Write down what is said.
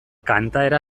kantaera